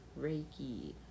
Reiki